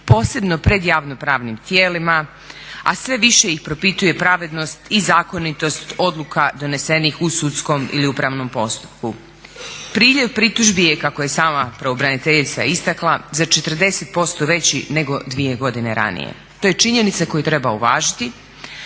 posebno pred javnopravnim tijelima, a sve više ih propituje pravednost i zakonitost odluka donesenih u sudskom ili upravnom postupku. Priljev pritužbi je kako je i sama pravobraniteljica istakla, za 40% veći nego dvije godine ranije. To je činjenica koju treba uvažiti,